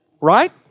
Right